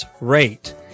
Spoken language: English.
rate